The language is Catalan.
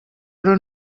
però